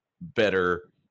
better